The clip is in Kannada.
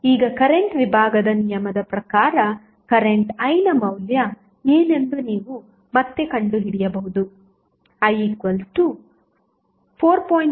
ಈಗ ಕರೆಂಟ್ ವಿಭಾಗದ ನಿಯಮದ ಪ್ರಕಾರ ಕರೆಂಟ್ I ನ ಮೌಲ್ಯ ಏನೆಂದು ನೀವು ಮತ್ತೆ ಕಂಡುಹಿಡಿಯಬಹುದು I 4